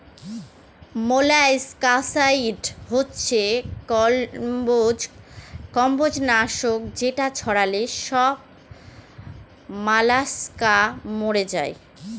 molluscicide হচ্ছে কম্বজ নাশক যেটা ছড়ালে সব মলাস্কা মরে যায়